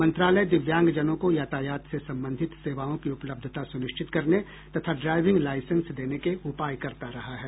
मंत्रालय दिव्यांगजनों को यातायात से संबंधित सेवाओं की उपलब्धता सुनिश्चित करने तथा ड्राइविंग लाइसेंस देने के उपाय करता रहा है